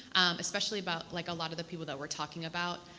especially about like a lot of the people that we're talking about